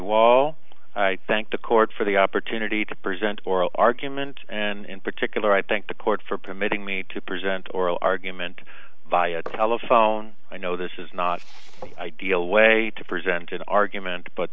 wall i thank the court for the opportunity to present oral argument and in particular i think the court for permitting me to present oral argument via telephone i know this is not ideal way to present an argument but